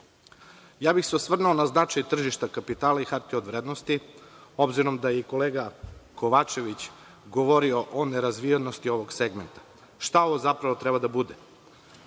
bih se na značaj tržišta kapitala i hartije od vrednosti, obzirom da je i kolega Kovačević govorio o nerazvijenosti ovog segmenta. Šta ovo zapravo treba da bude?